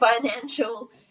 financial